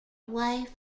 wife